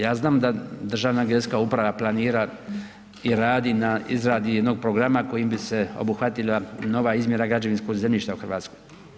Ja znam da Državna geodetska uprava planira i radi na izradi jednog programa kojim bi se obuhvatila nova izmjera građevinskog zemljišta u Hrvatskoj.